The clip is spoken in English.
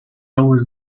always